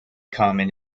common